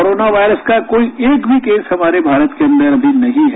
corona virus का कोई एक भी केस हमारे भारत के अंदर अभी नहीं है